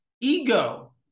ego